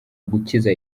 gukiza